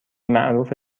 معروف